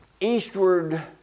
eastward